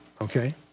Okay